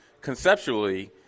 conceptually